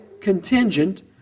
contingent